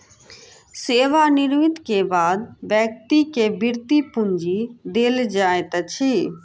सेवा निवृति के बाद व्यक्ति के वृति पूंजी देल जाइत अछि